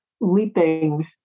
leaping